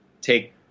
take